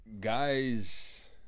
Guys